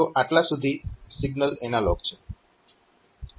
તો આટલા સુધી સિગ્નલ એનાલોગ છે